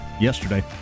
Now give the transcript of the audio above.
yesterday